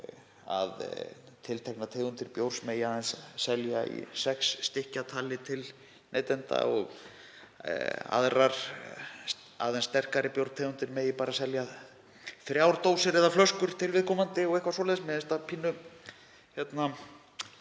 að tilteknar tegundir bjórs megi aðeins selja í sex stykkjatali til neytenda og aðrar aðeins sterkari bjórtegundir megi bara selja þrjár dósir eða flöskur til viðkomandi og eitthvað svoleiðis. Ég hef